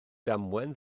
damwain